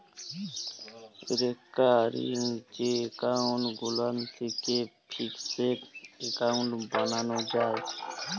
recurring যে account গুলান থ্যাকে ফিকসেড এক্কাউল্ট বালালো যায়